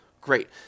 Great